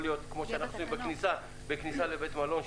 זה יכול להיות כמו שאנחנו עושים בכניסה לבית מלון,